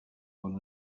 one